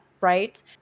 right